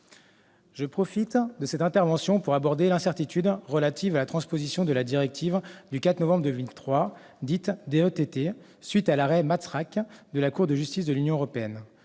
Je profite de cette intervention pour aborder l'incertitude relative à la transposition de la directive du 4 novembre 2003 dite DETT, à la suite de l'arrêt de la Cour de justice de l'Union européenne.